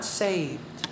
saved